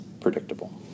predictable